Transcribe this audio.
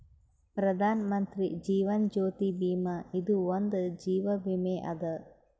ಪ್ರಧಾನ್ ಮಂತ್ರಿ ಜೀವನ್ ಜ್ಯೋತಿ ಭೀಮಾ ಇದು ಒಂದ ಜೀವ ವಿಮೆ ಅದ